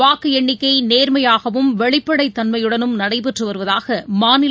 வாக்கு என்னிக்கை நேர்மையாகவும் வெளிப்படை தன்மையுடன் நடைபெற்று வருவதாக மாநில